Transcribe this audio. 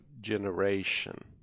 generation